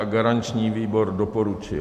Garanční výbor doporučil.